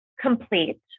complete